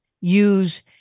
use